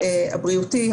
הבריאותי,